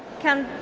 can